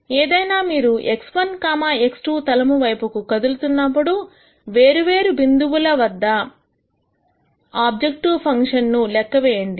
ఏమైనా మీరు x1 x2 తలము వైపుకు కదులుతున్నప్పుడు వేరు వేరు బిందువుల వద్ద ఆబ్జెక్టివ్ ఫంక్షన్ ను లెక్క వేయండి